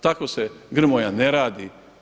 Tako se Grmoja ne radi.